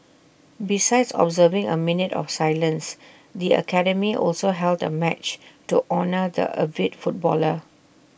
besides observing A minute of silence the academy also held A match to honour the avid footballer